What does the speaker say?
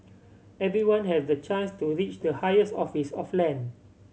everyone has the chance to reach the highest office of land